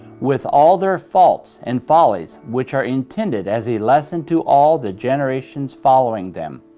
with all their faults and follies, which are intended as a lesson to all the generations following them.